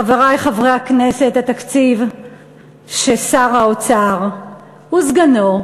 חברי חברי הכנסת, התקציב ששר האוצר וסגנו,